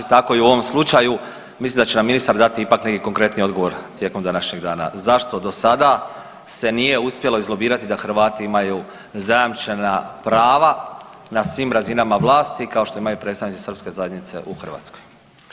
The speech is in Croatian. Tako i u ovo slučaju, mislim da će nam ministar dati ipak neki konkretni odgovor tijekom današnjeg dana zašto do sada se nije uspjelo izlobirati da Hrvati imaju zajamčena prava na svim razinama vlasti kao što imaju predstavnici srpske zajednice u Hrvatskoj.